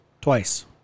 Twice